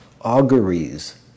auguries